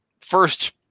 first